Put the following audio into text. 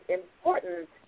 important